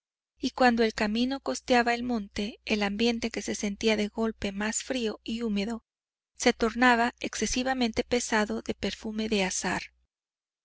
y cuando el camino costeaba el monte el ambiente que se sentía de golpe más frío y húmedo se tornaba excesivamente pesado de perfume de azahar